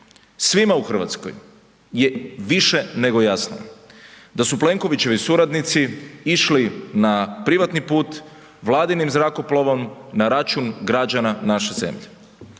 Svima u Hrvatskoj je više nego jasno da su Plenkovićevi suradnici išli na privatni put vladinim zrakoplovom na račun građana naše zemlje.